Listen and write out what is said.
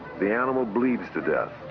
the animal bleeds to death.